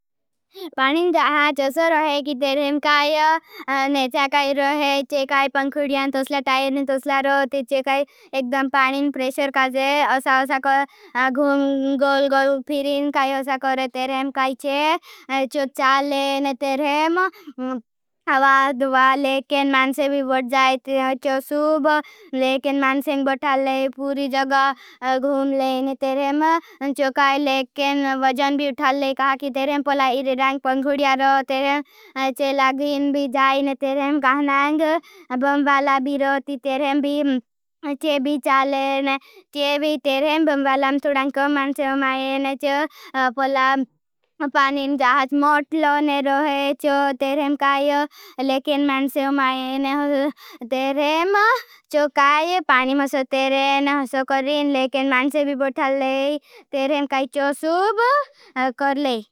पानिन जोसो रहे की तेरेम काई नेचा काई रहे। चे काई पंखुडियां तोसला टायर ने तोसला रोती चे काई। एकडम पानिन प्रेशर काजे असा असा को घुम गोल गोल फिरीं काई असा को रहे। तेरेम काई चे चो चाले ने तेरेम हवादवा लेकेन मानसे भी बढ़ जाए। तेरेम चो सूब लेकेन मानसे बढ़ थाले फूरी जग घुम लेने। तेरेम चो काई लेकेन वजन भी उठाले काई की तेरेम पोला इरे रांक पंखुडिया रोतेरेम चे लग़ी बी जाई। ने तेरेम गाहनां गु बाला बिरोती। तेरेम चे भी चाले ने तेरे बी तेरेम गम्बाला मतुडराइ को मानसे माते चो पोला पणी। जही बढ़ बौलोंने रोहे चो तेरहम काए। लेकिन मानसे को माते समक्यों करते करते।